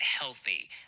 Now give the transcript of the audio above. healthy